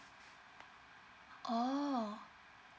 oh